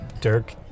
Dirk